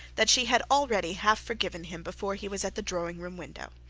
that she had already half-forgiven him before he was at the drawing-room window.